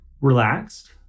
relaxed